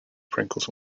sprinkles